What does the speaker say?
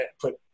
put